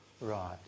Right